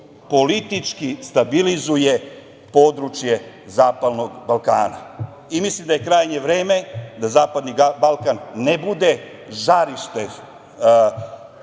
politički stabilizuje područje zapadnog Balkana. Mislim da je krajnje vreme da zapadni Balkan ne bude žarište